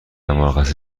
مرخصی